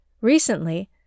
Recently